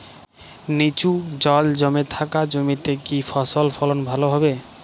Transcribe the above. নিচু জল জমে থাকা জমিতে কি ফসল ফলন ভালো হবে?